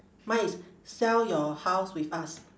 mine is sell your house with us